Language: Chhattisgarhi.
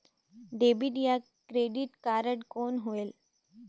डेबिट या क्रेडिट कारड कौन होएल?